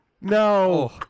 No